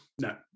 no